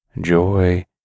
Joy